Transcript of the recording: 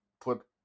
put